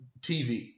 tv